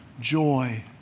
Joy